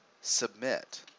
submit